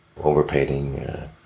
overpainting